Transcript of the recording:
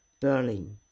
Berlin